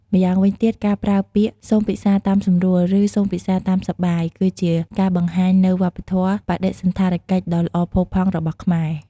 ម្យ៉ាងវិញទៀត ការប្រើពាក្យ "សូមពិសារតាមសម្រួល! ឬសូមពិសារតាមសប្បាយ!" គឺជាការបង្ហាញនូវ វប្បធម៌បដិសណ្ឋារកិច្ចដ៏ល្អផូរផង់ របស់ខ្មែរ។